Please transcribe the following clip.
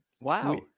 Wow